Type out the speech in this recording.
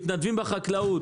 מתנדבים בחקלאות.